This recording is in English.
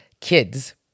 kids